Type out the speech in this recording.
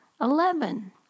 eleven